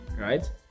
right